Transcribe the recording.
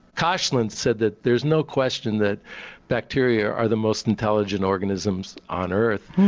koshland said that there's no question that bacteria are the most intelligent organisms on earth,